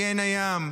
מעין הים,